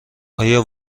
آیا